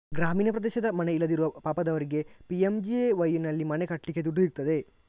ಗ್ರಾಮೀಣ ಪ್ರದೇಶದ ಮನೆ ಇಲ್ಲದಿರುವ ಪಾಪದವರಿಗೆ ಪಿ.ಎಂ.ಜಿ.ಎ.ವೈನಲ್ಲಿ ಮನೆ ಕಟ್ಲಿಕ್ಕೆ ದುಡ್ಡು ಸಿಗ್ತದೆ